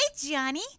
Johnny